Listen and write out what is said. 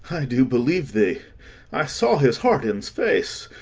do believe thee i saw his heart in his face.